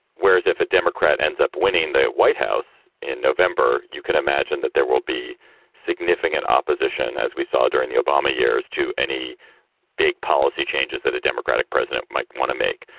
whereas if a democrat ends up winning the white house in november, you can imagine that there will be significant opposition, as we saw during the obama years, to any big policy changes that a democratic president might want to make.